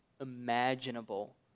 imaginable